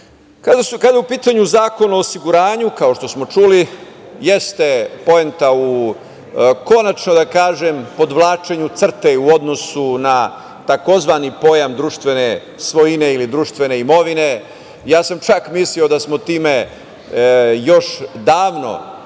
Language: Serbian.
je u pitanju Zakon o osiguranju, kao što smo čuli, jeste poenta u, konačno da kažem, podvlačenju crte u odnosu na tzv. pojam društvene svojine ili društvene imovine. Ja sam čak mislio da smo time još davno